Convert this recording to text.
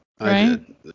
right